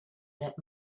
that